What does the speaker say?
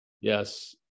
yes